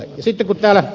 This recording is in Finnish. sitten kun täällä ed